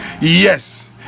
yes